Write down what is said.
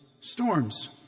storms